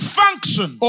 function